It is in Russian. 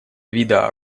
вида